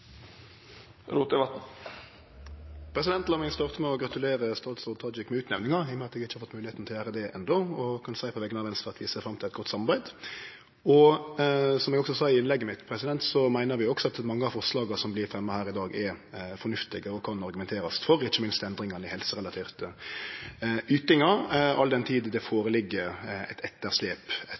meg starte med å gratulere statsråd Tajik med utnemninga, i og med at eg ikkje har fått moglegheit til å gjere det ennå, og eg kan seie på vegner av Venstre at vi ser fram til eit godt samarbeid. Som eg sa i innlegget mitt, meiner vi også at mange av forslaga som vert fremja her i dag, er fornuftige og kan argumenterast for, ikkje minst endringane i helserelaterte ytingar, all den tid det ligg føre eit etterslep etter pandemien. Det eg likevel stussa litt på, er